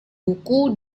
buku